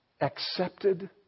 accepted